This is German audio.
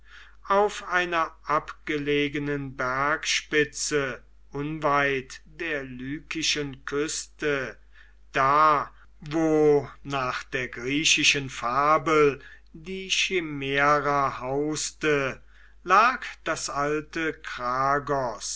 auf einer abgelegenen bergspitze unweit der lykischen küste da wo nach der griechischen fabel die chimaera hauste lag das alte